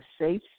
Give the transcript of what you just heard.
safe